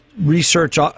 research